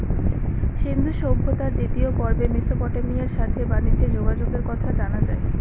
সিন্ধু সভ্যতার দ্বিতীয় পর্বে মেসোপটেমিয়ার সাথে বানিজ্যে যোগাযোগের কথা জানা যায়